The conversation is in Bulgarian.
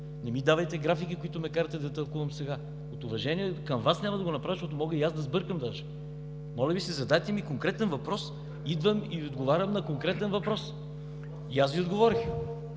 Не ми давайте графики, които ме карате да тълкувам сега. От уважение към Вас няма да го направя, защото мога и аз да сбъркам даже. Моля Ви се, задайте ми конкретен въпрос, идвам и Ви отговарям на конкретен въпрос. ЛАЛО КИРИЛОВ